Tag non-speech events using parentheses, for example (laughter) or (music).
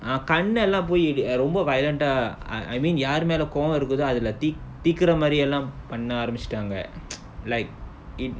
ah கண்ணலா போட்ய்டு ரொம்ப:kannalaa poittu romba violent ah ah I I mean யாரு மேல கோவோ இருக்குதோ அதுல:yaaru mela kovo irukkutho athula theek~ தீக்குர மாரி எல்லா பண்ண ஆரம்பிச்சிட்டாங்க:theekura maari ellaa panna aarambichitaanga (noise) like it